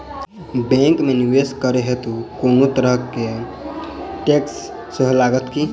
Bank मे निवेश करै हेतु कोनो तरहक टैक्स सेहो लागत की?